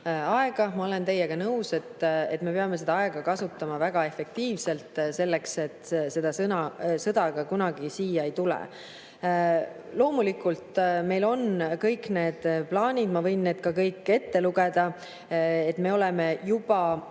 Ma olen teiega nõus, et me peame seda aega kasutama väga efektiivselt, selleks et see sõda kunagi siia ei tuleks. Loomulikult, meil on kõik need plaanid. Ma võin need kõik ette lugeda. Me oleme juba